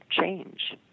change